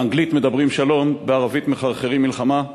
באנגלית מדברים שלום, בערבית מחרחרים מלחמה.